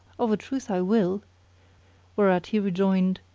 of a truth i will whereat he rejoined,